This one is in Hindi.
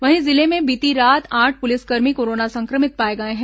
वहीं जिले में बीती रात आठ पुलिसकर्मी कोरोना संक्रमित पाए गए हैं